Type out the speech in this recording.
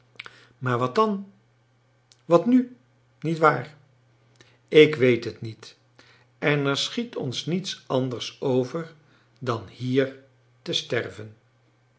maar wat dan wat nu niet waar ik weet het niet en er schiet ons niets anders over dan hier te sterven